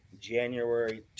january